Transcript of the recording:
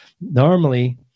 Normally